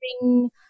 bring